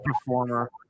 performer